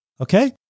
okay